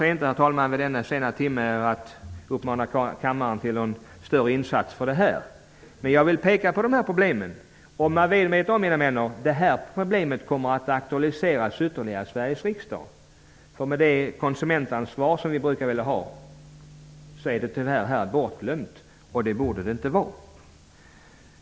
Vid denna sena timme lönar det sig inte att uppmana kammaren till att göra någon större insats för det här. Men jag vill peka på problemet. Om man väl vet om det här problemet, mina vänner, kommer det att aktualiseras ytterligare i Sveriges riksdag. Men det konsumentansvar som vi brukar vilja ha är här tyvärr bortglömt. Det borde det inte vara.